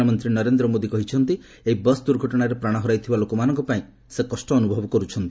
ପ୍ରଧାନମନ୍ତ୍ରୀ ନରେନ୍ଦ୍ର ମୋଦି କହିଛନ୍ତି ଏହି ବସ୍ ଦୁର୍ଘଟଣାରେ ପ୍ରାଣ ହରାଇଥିବା ଲୋକମାନଙ୍କ ପାଇଁ ସେ କଷ୍ଟ ଅନୁଭବ କରୁଛନ୍ତି